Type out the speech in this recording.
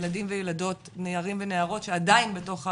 ילדים וילדות נערים ונערות שעדיין בתוך הארון,